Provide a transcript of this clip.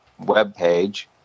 webpage